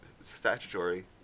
statutory